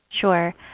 Sure